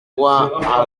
droit